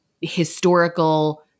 historical